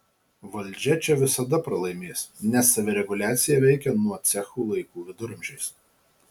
valdžia čia visada pralaimės nes savireguliacija veikia nuo cechų laikų viduramžiais